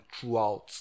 throughout